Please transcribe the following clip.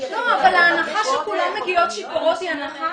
ההנחה שכולן מגיעות שיכורות היא הנחה